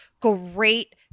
great